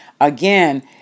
again